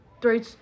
Three